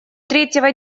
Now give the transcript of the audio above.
третьего